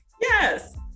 Yes